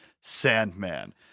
Sandman